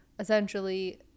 essentially